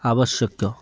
ଆବଶ୍ୟକ